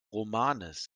romanes